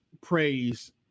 praise